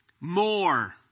more